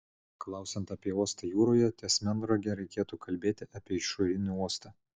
klausiant apie uostą jūroje ties melnrage reikėtų kalbėti apie išorinį uostą